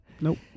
Nope